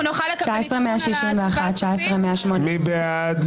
18,501 עד 18,520. מי בעד?